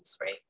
right